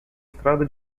estrada